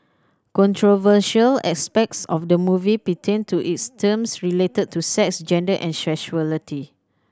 controversial aspects of the movie pertained to its themes related to sex gender and sexuality